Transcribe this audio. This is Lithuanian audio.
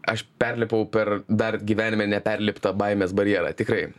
aš perlipau per dar gyvenime neperliptą baimės barjerą tikrai